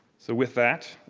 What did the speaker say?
so with that,